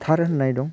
थार होननाय दं